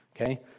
Okay